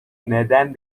neden